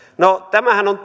no tämähän on